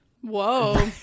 Whoa